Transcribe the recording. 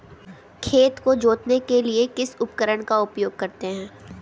खेत को जोतने के लिए किस उपकरण का उपयोग करते हैं?